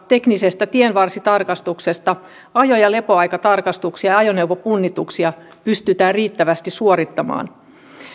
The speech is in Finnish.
teknisiä tienvarsitarkastuksia ylikuormasta ajo ja lepoaikatarkastuksia ja ajoneuvopunnituksia pystytään riittävästi suorittamaan